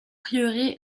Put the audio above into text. prieuré